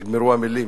נגמרו המלים.